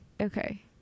Okay